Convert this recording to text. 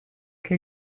che